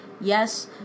yes